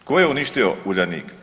Tko je uništio Uljanik?